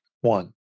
one